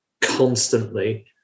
constantly